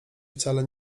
wcale